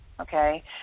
Okay